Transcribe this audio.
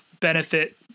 benefit